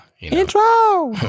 Intro